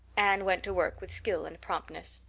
anne went to work with skill and promptness.